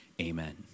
Amen